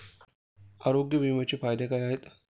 आरोग्य विम्याचे काय फायदे आहेत?